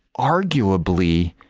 arguably,